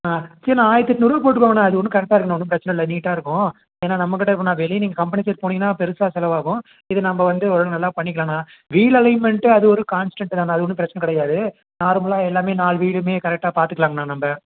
ஆ சரிண்ணா ஆயிரத்து எட்நூறுரூவா போட்டுகோங்கண்ணா அது ஒன்றும் கரெக்டாக இருக்குதுண்ணா ஒன்றும் பிரச்சின இல்லை நீட்டாக இருக்கும் ஏன்னால் நம்ம கிட்டே எப்புடின்னா வெளி நீங்கள் கம்பெனி சைட் போனிங்கன்னால் பெருசாக செலவாகும் இது நம்ம வந்து ஒழுங்கா நல்லா பண்ணிக்கலாண்ணா வீல் அலைமெண்ட்டு அது ஒரு கான்ஸ்டன்ட் தான்ண்ணா அது ஒன்றும் பிரச்சின கிடையாது நார்மலாக எல்லாமே நாலு வீலுமே கரெக்டாக பார்த்துக்குலாங்கண்ணா நம்ம